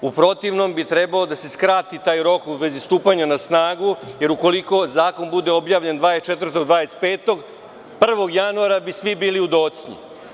U protivnom bi trebao da se skrati taj rok u vezi stupanja na snagu, jer ukoliko zakon bude objavljen 24. ili 25, 1. januara bi svi bili u docnji.